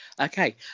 Okay